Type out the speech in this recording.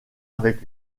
avec